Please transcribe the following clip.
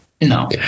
No